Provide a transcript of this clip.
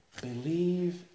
believe